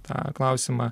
tą klausimą